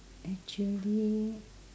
actually